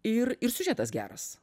ir ir siužetas geras